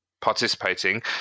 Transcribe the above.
participating